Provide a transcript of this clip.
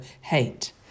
hate